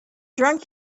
drunk